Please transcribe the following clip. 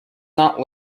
not